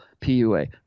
PUA